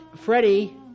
Freddie